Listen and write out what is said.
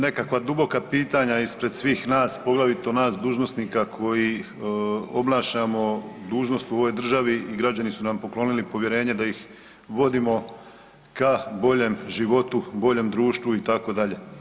nekakva duboka pitanja ispred svih nas, poglavito nas dužnosnika koji obnašamo dužnost u ovoj državi i građani su nam poklonili povjerenje da ih vodimo ka boljem životu, boljem društvu itd.